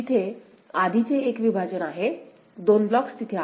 तिथे आधीचे एक विभाजन आहेत 2 ब्लॉक्स तिथे आहेत